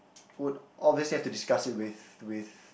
would obviously have to discuss it with with